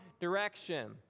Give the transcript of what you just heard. direction